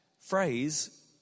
phrase